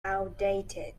outdated